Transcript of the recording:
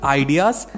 ideas